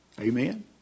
Amen